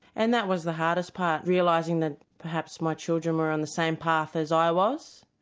and that was the hardest part, realising that perhaps my children were on the same path as i was,